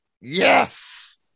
Yes